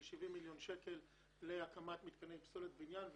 70 מיליון שקל להקמת מתקני פסולת בניין.